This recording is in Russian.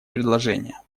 предложения